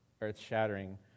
earth-shattering